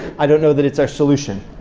i don't know that it's our solution.